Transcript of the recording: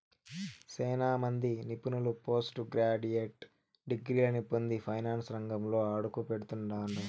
సేనా మంది నిపుణులు పోస్టు గ్రాడ్యుయేట్ డిగ్రీలని పొంది ఫైనాన్సు రంగంలో అడుగుపెడతండారు